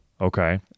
Okay